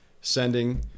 sending